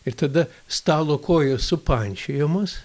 ir tada stalo kojos supančiojamos